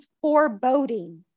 foreboding